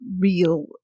real